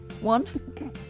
One